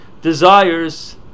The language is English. desires